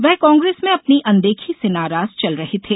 वे कांग्रेस में अपनी अनदेखी से नाराज चल रहे थे